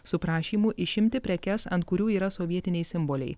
su prašymu išimti prekes ant kurių yra sovietiniai simboliai